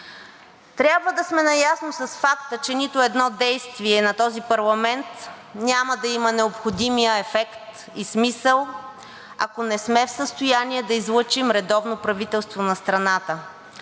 Трябва да сме наясно с факта, че нито едно действие на този парламент няма да има необходимия ефект и смисъл, ако не сме в състояние да излъчим редовно правителство на страната,